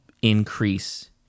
increase